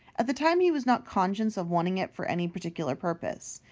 at the time he was not conscious of wanting it for any particular purpose.